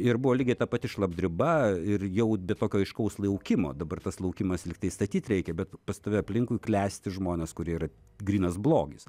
ir buvo lygiai ta pati šlapdriba ir jau be tokio aiškaus laukimo dabar tas laukimas lyg tai statyt reikia bet pas tave aplinkui klesti žmonės kurie yra grynas blogis